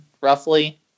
roughly